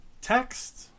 text